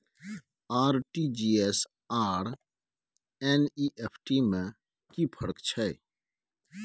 RTG S आर NEFT में कि फर्क छै?